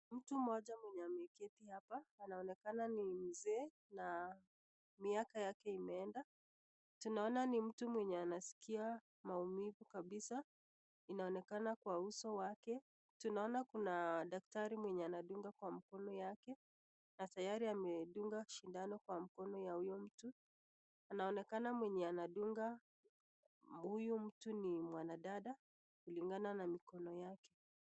Mtu mmoja mwenye ameketi hapa anaonekana ni mzee na miaka yake imeenda. Tunaona ni mtu mwenye anasikia maumivu kabisa. Inaonekana kwa uso wake. Tunaona kuna daktari mwenye anadunga kwa mkono yake na tayari amedunga sindano kwa mkono ya huyo mtu. Anaonekana mwenye anadunga huyu mtu ni mwanadada kulingana na mikono yake.